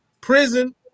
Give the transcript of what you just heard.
prison